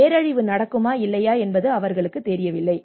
பேரழிவு நடக்குமா இல்லையா என்பது அவர்களுக்குத் தெரியவில்லை